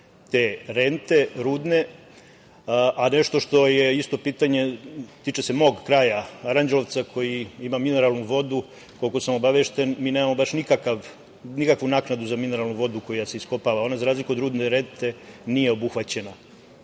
te rudne rente. Nešto što je isto pitanje tiče se mog kraja, Aranđelovca, koji ima mineralnu vodu. Koliko sam obavešten, mi nemamo baš nikakvu naknadu za mineralnu vodu koja se iskopava. Ona, za razliku od rudne rente, nije obuhvaćena